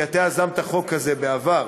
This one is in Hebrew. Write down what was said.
כי אתה יזמת חוק כזה בעבר.